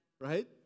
right